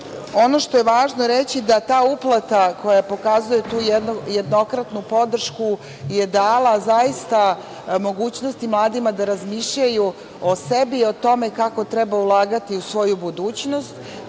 što je važno reći je da ta uplata koja pokazuje tu jednokratnu podršku je dala zaista mogućnosti mladima da razmišljaju o sebi i o tome kako treba ulagati u svoju budućnost,